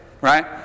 right